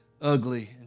Ugly